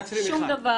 תעצרי מיכל.